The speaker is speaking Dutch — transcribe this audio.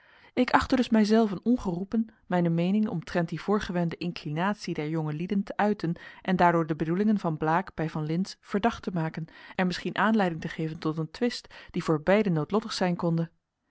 ik achtte dus mij zelven ongeroepen mijne meening omtrent die voorgewende inclinatie der jongelieden te uiten en daardoor de bedoelingen van blaek bij van lintz verdacht te maken en misschien aanleiding te geven tot een twist die voor beiden noodlottig zijn konde